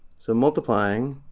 so multiplying,